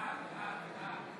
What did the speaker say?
נגד בעד.